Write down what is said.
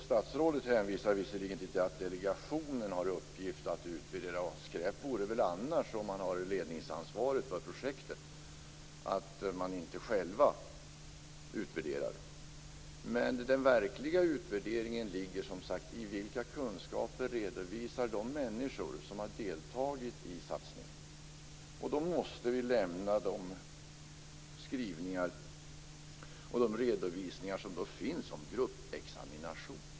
Statsrådet hänvisar visserligen till att delegationen har i uppgift att utvärdera. Skräp vore det väl annars, om man har ledningsansvaret för projektet och inte själv utvärderar. Den verkliga utvärderingen ligger i vilka kunskaper de människor redovisar som har deltagit i satsningen.